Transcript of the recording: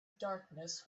darkness